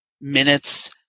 minutes